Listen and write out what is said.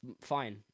fine